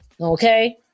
Okay